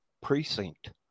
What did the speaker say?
precinct